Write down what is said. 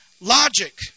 logic